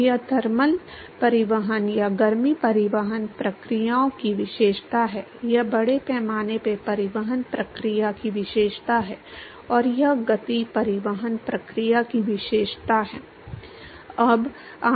तो यह थर्मल परिवहन या गर्मी परिवहन प्रक्रियाओं की विशेषता है यह बड़े पैमाने पर परिवहन प्रक्रिया की विशेषता है और यह गति परिवहन प्रक्रिया की विशेषता है